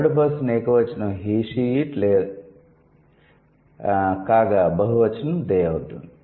third person ఏకవచనం 'he she లేదా it' కాగా బహువచనం 'దే' అవుతుంది